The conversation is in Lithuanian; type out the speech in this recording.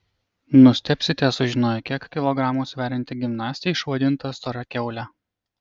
nustebsite sužinoję kiek kilogramų sverianti gimnastė išvadinta stora kiaule